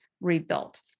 rebuilt